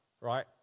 right